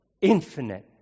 infinite